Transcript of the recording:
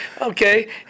Okay